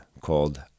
called